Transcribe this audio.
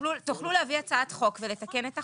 - תוכלו להביא הצעת חוק ולתקן את החוק.